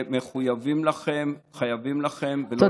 שמחויבים לכם, חייבים לכם, ולא נפקיר אתכם.